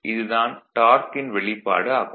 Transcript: இது தான் டார்க்கின் வெளிப்பாடு ஆகும்